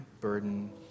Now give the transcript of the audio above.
burden